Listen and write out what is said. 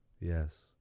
Yes